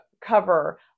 cover